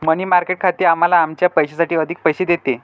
मनी market खाते आम्हाला आमच्या पैशासाठी अधिक पैसे देते